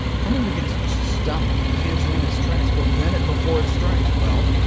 if only we could just stop cancer in its tracks prevent it before it strikes. well,